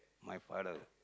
my father